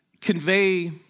convey